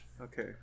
Okay